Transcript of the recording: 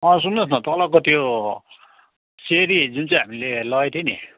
सुन्नुहोस् न तलको त्यो सिँढी जुन चाहिँ हामीले लगेथेँ नि